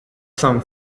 some